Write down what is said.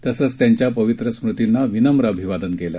तसंच त्यांच्या पवित्र स्मृतिंना विनम्र अभिवादन केलं